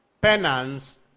penance